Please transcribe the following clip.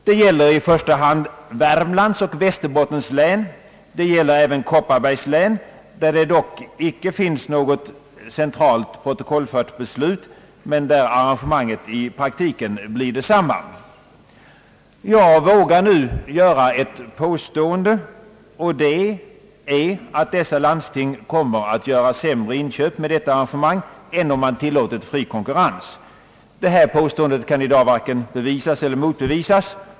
Det gäller i första hand Värmlands och Västerbottens län men även Kopparbergs län, där det dock icke finns något centralt protokollfört beslut men där arrangemanget i praktiken blivit detsamma. Jag vågar nu påstå att dessa landsting genom detta arrangemang gör sämre inköp än om fri konkurrens hade tillåtits. Detta påstående kan i dag varken bevisas eller motbevisas.